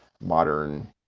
modern